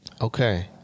Okay